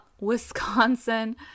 wisconsin